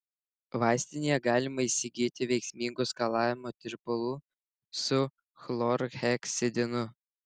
vaistinėje galima įsigyti veiksmingų skalavimo tirpalų su chlorheksidinu